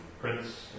Prince